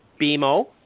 BMO